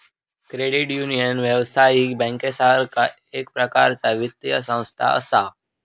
credit union, व्यावसायिक बँकेसारखा एक प्रकारचा वित्तीय संस्था असा